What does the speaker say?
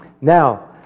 Now